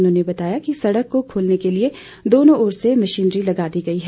उन्होंने बताया कि सड़क को खोलने के लिए दोनों ओर से मशीनरी लगा दी गई है